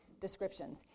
descriptions